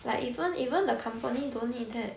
like even even the company don't need that